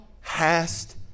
hast